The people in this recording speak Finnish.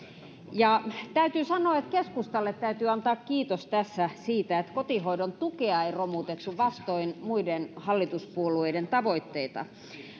täytyy sanoa että keskustalle täytyy antaa kiitos tässä siitä että kotihoidon tukea ei romutettu vastoin muiden hallituspuolueiden tavoitteita